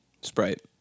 Sprite